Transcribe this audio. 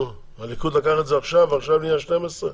הליכוד לקח את זה עכשיו ועכשיו נהיה 12?